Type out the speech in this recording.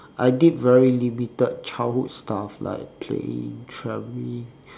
I did very limited childhood stuff like playing traveling